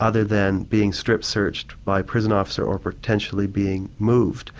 other than being stripped search by a prison officer or potentially being moved.